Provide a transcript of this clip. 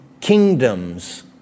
kingdoms